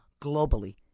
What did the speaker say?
globally